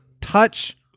touch